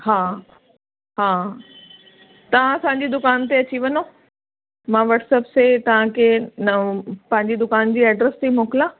हा हा तां असांजी दुकान ते अची वञो मां वट्सप से तव्हांखे नम पंहिंजी दुकान जी एड्रैस थी मोकिलियां